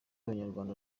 abanyarwanda